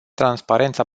transparența